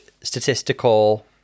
statistical